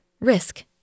risk